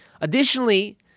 Additionally